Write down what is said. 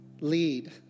Lead